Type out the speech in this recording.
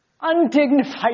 undignified